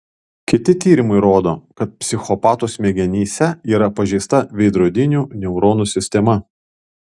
kiti tyrimai rodo kad psichopatų smegenyse yra pažeista veidrodinių neuronų sistema